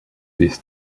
this